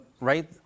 right